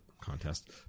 contest